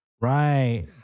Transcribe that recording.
Right